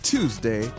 Tuesday